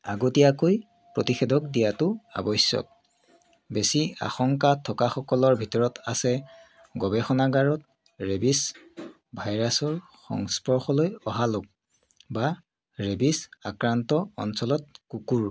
আগতীয়াকৈ প্ৰতিষেধক দিয়াতো আৱশ্যক বেছি আশংকা থকা সকলৰ ভিতৰত আছে গৱেষণাগাৰত ৰেবিছ ভাইৰাছৰ সংস্পৰ্শলৈ অহা লোক বা ৰেবিছ আক্ৰান্ত অঞ্চলত কুকুৰ